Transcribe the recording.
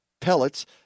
pellets